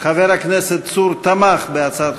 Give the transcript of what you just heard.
חברי הכנסת, בעד,